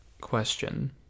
question